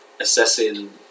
Assessing